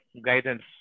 guidance